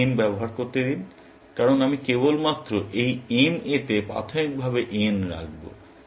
আমাকে n ব্যবহার করতে দিন কারণ আমি কেবলমাত্র এই m এতে প্রাথমিকভাবে n রাখব